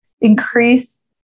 increase